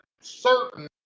certain